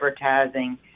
advertising